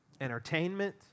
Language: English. entertainment